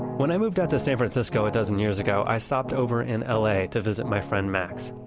when i moved out to san francisco a dozen years ago, i stopped over in la to visit my friend max.